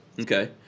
Okay